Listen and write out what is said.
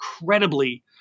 incredibly